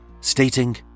stating